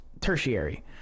tertiary